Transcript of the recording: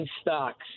stocks